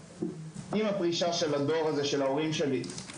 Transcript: אם הפרישה של הדור הזה של ההורים שלי,